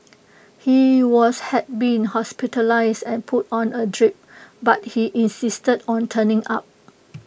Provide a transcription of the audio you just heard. he was had been hospitalised and put on A drip but he insisted on turning up